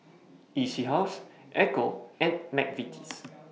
E C House Ecco and Mcvitie's